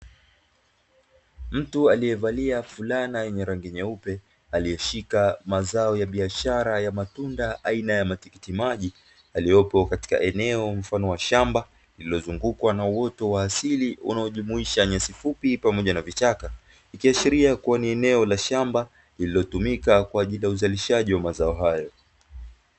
Mtu aliyevalia fulana yenye rangi nyeupe, aliyeshika mazao ya biashara ya matunda aina ya matikiti maji, aliyopo katika eneo mfano wa shamba lililozungukwa na uoto wa asili, unaojumuisha nyasi fupi pamoja na vichaka; ikiashiria kuwa ni eneo la shamba lililotumika Kwa ajili ya uzalishaji wa mazao hayo.